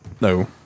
no